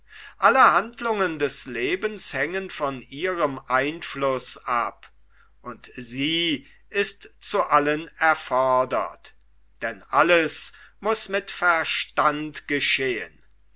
alle handlungen des lebens hängen von ihrem einfluß ab und sie ist zu allen erfordert denn alles muß mit verstand geschehn